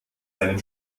seinem